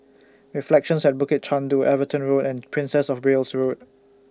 Reflections At Bukit Chandu Everton Road and Princess of Wales Road